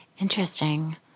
interesting